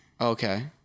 Okay